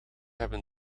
hebben